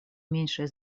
меньшее